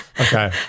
Okay